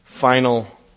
final